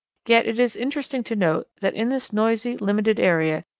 yet it is interesting to note that in this noisy, limited area,